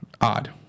odd